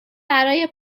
برای